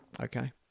Okay